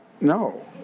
No